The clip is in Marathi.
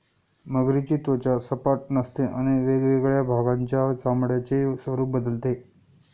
मगरीची त्वचा सपाट नसते आणि वेगवेगळ्या भागांच्या चामड्याचे स्वरूप बदलते